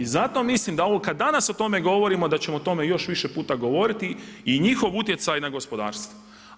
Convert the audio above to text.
I zato mislim da ovo kada danas o tome govorimo da ćemo o tome još više puta govoriti i njihov utjecaj na gospodarstvo.